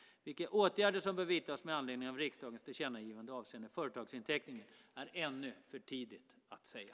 Vilka åtgärder som bör vidtas med anledning av riksdagens tillkännagivande avseende företagsinteckningen är ännu för tidigt att säga.